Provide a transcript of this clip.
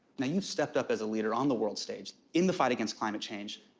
now, you've stepped up as a leader on the world stage in the fight against climate change.